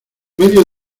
medio